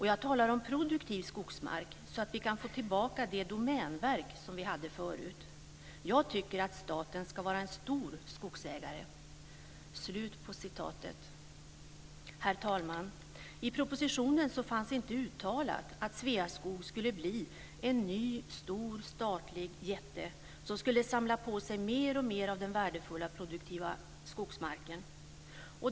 Jag talar om produktiv skogsmark, så att vi kan få tillbaka det Domänverk som vi hade förut. Jag tycker att staten ska vara en stor skogsägare". Herr talman! I propositionen fanns inte uttalat att Sveaskog skulle bli en ny stor statlig jätte som skulle samla på sig mer och mer av den värdefulla produktiva skogsmarken.